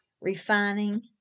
refining